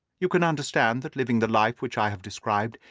you can understand that, living the life which i have described,